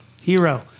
hero